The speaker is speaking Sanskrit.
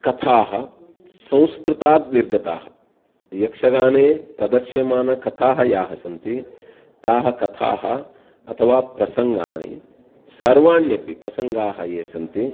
कथाः संस्कृताद् निर्गताः यक्षगाने प्रदर्श्यमानकथाः याः सन्ति ताः कथाः अथवा प्रसङ्गानि सर्वाण्यपि प्रसङ्गाः ये सन्ति